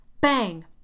Bang